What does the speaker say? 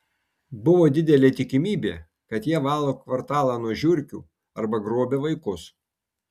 buvo didelė tikimybė kad jie valo kvartalą nuo žiurkių arba grobia vaikus